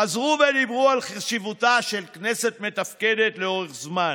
חזרו ודיברו על חשיבותה של כנסת מתפקדת לאורך זמן,